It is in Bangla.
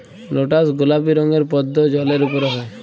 লটাস গলাপি রঙের পদ্দ জালের উপরে হ্যয়